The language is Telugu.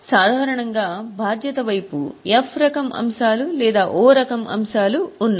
సాధారణంగా బాధ్యత వైపు F రకం అంశాలు లేదా O రకం అంశాలు ఉన్నాయి